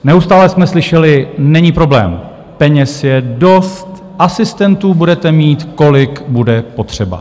Neustále jsme slyšeli: není problém, peněz je dost, asistentů budete mít, kolik bude potřeba.